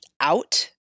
out